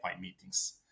meetings